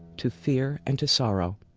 to fear and to sorrow,